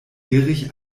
erich